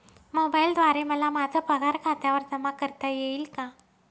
मोबाईलद्वारे मला माझा पगार खात्यावर जमा करता येईल का?